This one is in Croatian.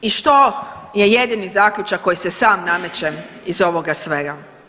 I što je jedini zaključak koji se sam nameće iz ovoga svega?